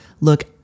look